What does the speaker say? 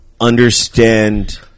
understand